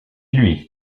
lui